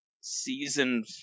season